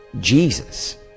Jesus